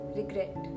regret